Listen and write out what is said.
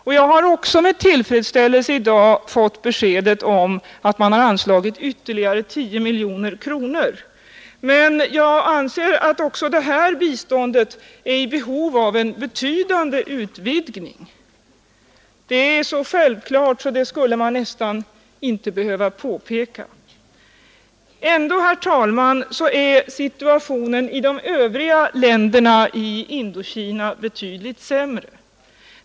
Jag har i dag också med tillfredsställelse mottagit beskedet att man anslagit ytterligare 10 miljoner kronor. Men jag anser att även detta biståndet behöver utvidgas betydligt — det är så självklart att vi nästan inte skulle behöva påpeka det. Ändå, herr talman, är situationen i de övriga länderna i Indokina betydligt sämre.